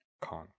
Con